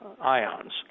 ions